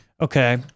Okay